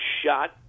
shot